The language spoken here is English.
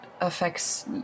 affects